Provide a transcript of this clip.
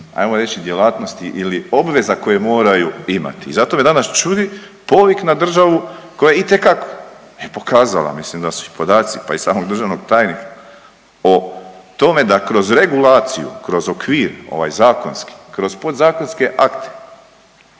ajmo reći djelatnosti ili obveza koje moraju imati i zato me danas čudi povik na državu koja je itekako je pokazala, mislim da su i podaci, pa i samog državnog tajnika o tome da kroz regulaciju, kroz okvir ovaj zakonski, kroz podzakonske akte,